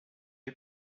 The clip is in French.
les